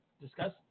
discuss